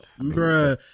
bro